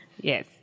yes